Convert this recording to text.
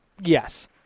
Yes